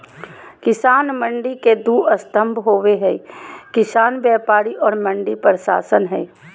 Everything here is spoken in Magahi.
किसान मंडी के दू स्तम्भ होबे हइ किसान व्यापारी और मंडी प्रशासन हइ